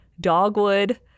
dogwood